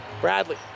Bradley